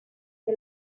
que